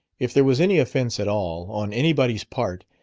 if there was any offense at all, on anybody's part,